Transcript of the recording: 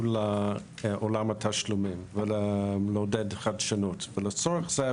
לעולם התשלומים ולעודד חדשנות ולצורך זה,